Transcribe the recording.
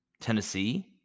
Tennessee